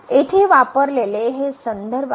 येथे वापरलेले हे संदर्भ आहेत